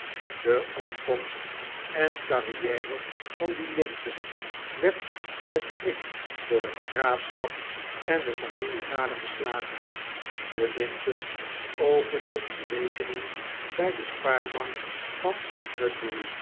de opkomst en carriere van die linten werd met schrik door het graafschap en de familie gade geslagen de linten opende een rekening bij de spaarbank van